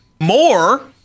more